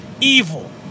evil